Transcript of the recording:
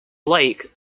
blake